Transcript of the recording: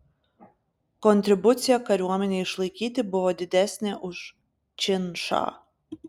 kontribucija kariuomenei išlaikyti buvo didesnė už činšą